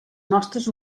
nostres